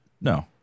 No